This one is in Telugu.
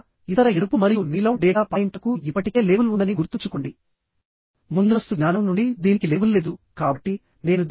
ఉదాహరణకు ఇక్కడ బోల్ట్ కనెక్షన్ ఇలా ఉంది అనుకోండి ఇది ఈ మార్గం లో ఫెయిల్ అవుతుంది